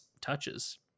touches